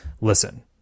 listen